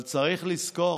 אבל צריך לזכור